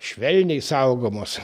švelniai saugomos